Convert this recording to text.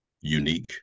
unique